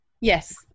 Yes